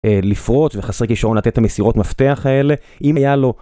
לפרוץ וחסרי כישרון לתת את המסירות מפתח האלה אם היה לו